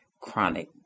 chronic